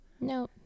no